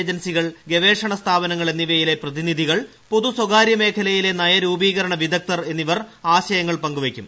ഏജൻസികൾ ഗവേഷണ സ്ഥാപനങ്ങൾ എന്നിവയിലെ പ്രതിനിധികൾ പൊതു സ്വകാര്യ മേഖലയിലെ നയരൂപീകരണ വിദഗ്ധർ എന്നിവർ ആശയങ്ങൾ പങ്കുവയ്ക്കും